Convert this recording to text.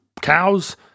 cows